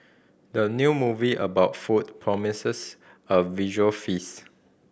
the new movie about food promises a visual feast